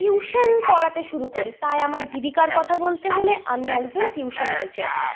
tuition পড়াতে শুরু করি তাই আমার জীবিকার কথা বলতে হলে আমি একজন টিউশন টিচার